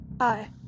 Hi